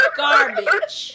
garbage